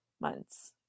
months